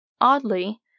Oddly